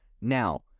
now